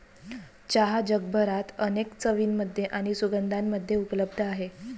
चहा जगभरात अनेक चवींमध्ये आणि सुगंधांमध्ये उपलब्ध आहे